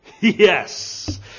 Yes